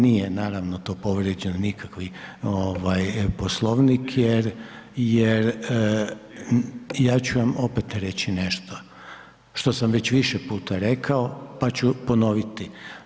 Nije naravno tu povrijeđen nikakvi Poslovnik jer ja ću vam opet reći nešto što sam već više puta rekao pa ću ponoviti.